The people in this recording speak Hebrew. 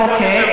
אוקיי.